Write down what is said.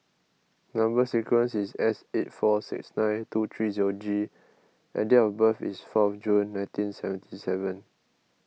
Number Sequence is S eight four six nine two three zero G and date of birth is four June nineteen seventy seven